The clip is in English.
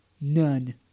none